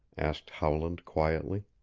asked howland quietly.